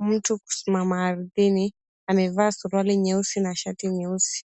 Mtu kusimama ardhini amevaa suruali nyeusi na shati nyeusi.